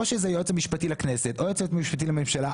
או שזה היועץ המשפטי לכנסת או היועצת המשפטית לממשלה.